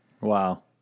Wow